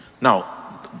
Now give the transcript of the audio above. Now